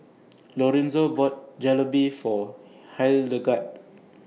Lorenzo bought Jalebi For Hildegard